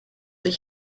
ich